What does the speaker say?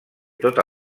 tota